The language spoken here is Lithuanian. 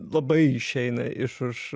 labai išeina iš iš